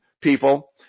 people